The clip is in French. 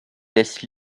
laisse